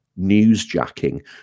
newsjacking